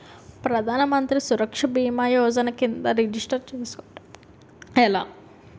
ప్రధాన మంత్రి సురక్ష భీమా యోజన కిందా రిజిస్టర్ చేసుకోవటం ఎలా?